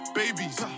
babies